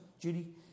Judy